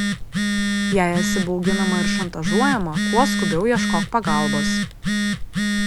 jei esi bauginama ir šantažuojama kuo skubiau ieškok pagalbos